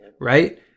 right